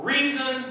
Reason